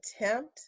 attempt